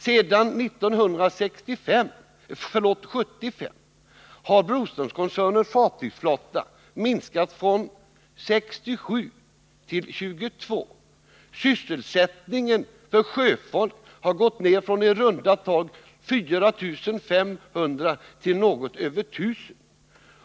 Sedan 1975 har Broströmskoncernens fartygsflotta minskat från 67 till 22 fartyg. Sysselsättningen för sjöfolk har gått ner från i runda tal 4 500 till något över 1000.